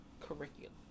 curriculum